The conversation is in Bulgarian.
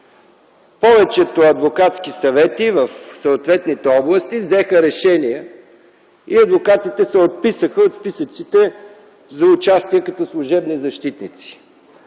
повечето адвокатски съвети в съответните области взеха решение и адвокатите се отписаха от списъците за участие като служебни защитници.